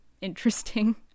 interesting